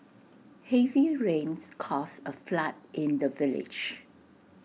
heavy rains caused A flood in the village